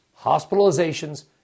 hospitalizations